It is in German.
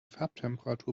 farbtemperatur